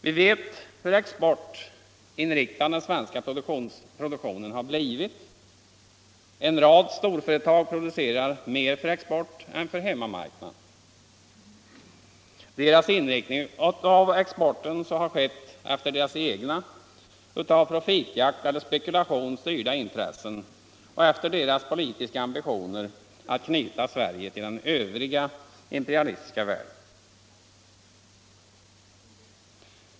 Vi vet hur exportinriktad den svenska produktionen har blivit. En rad storföretag producerar mer för export än för hemmamarknaden. Deras inriktning av exporten har skett efter deras egna av profitjakt och spekulation styrda intressen och efter deras politiska ambitioner att knyta Sverige till den övriga imperialistiska världen.